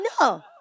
No